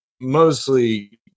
mostly